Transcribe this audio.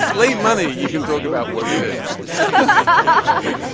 but late money you can talk about what you but